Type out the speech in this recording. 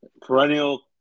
perennial